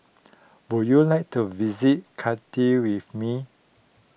would you like to visit Cardiff with me